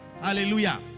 Hallelujah